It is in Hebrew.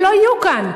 והם לא יהיו כאן.